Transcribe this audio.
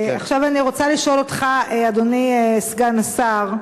עכשיו אני רוצה לשאול אותך, אדוני סגן השר.